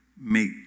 make